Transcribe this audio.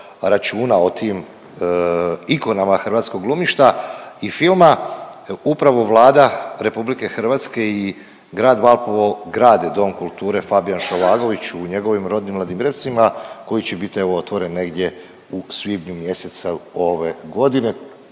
računa o tim ikonama hrvatskog glumišta i filma. Upravo Vlada RH i grad Valpovo grade Dom kulture Fabijan Šovagović u njegovim rodnim Ladimirovcima koji će bit evo otvoren negdje u svibnju mjesecu ove godine,